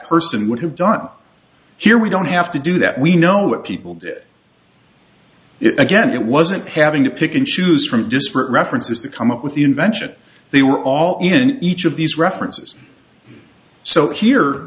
person would have done here we don't have to do that we know what people did it again it wasn't having to pick and choose from disparate references that come up with the invention they were all in each of these references so here